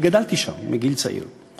אני גדלתי שם מגיל צעיר,